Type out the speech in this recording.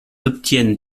obtiennent